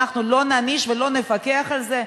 אנחנו לא נעניש ולא נפקח על זה?